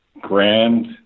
grand